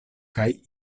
kaj